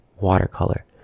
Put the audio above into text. watercolor